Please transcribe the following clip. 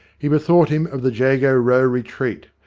he bethought him of the jago row retreat,